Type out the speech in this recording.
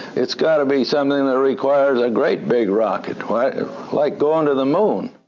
it's got to be something that requires a great big rocket like going to the moon.